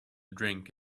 drink